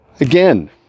again